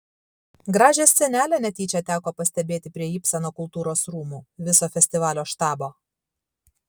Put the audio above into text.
gražią scenelę netyčia teko pastebėti prie ibseno kultūros rūmų viso festivalio štabo